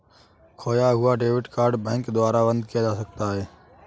खोया हुआ debit card bank के द्वारा बंद किया जा सकता है